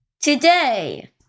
today